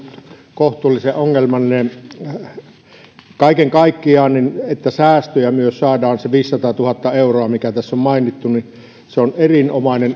kohtuullisen ongelmallinen nopeutuu kaiken kaikkiaan myös säästöjä saadaan se viisisataatuhatta euroa mikä tässä on mainittu mikä on erinomainen